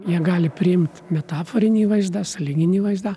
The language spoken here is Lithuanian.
jie gali priimt metaforinį vaizdą sąlyginį vaizdą